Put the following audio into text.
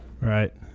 Right